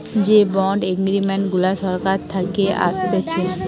যে bond agreement গুলা সরকার থাকে আসতেছে